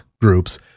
groups